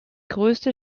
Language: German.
größte